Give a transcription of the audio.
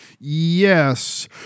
Yes